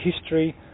history